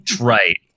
Right